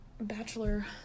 bachelor